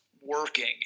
working